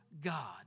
God